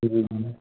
फिर भी मैंने